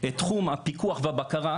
תחום הפיקוח והבקרה,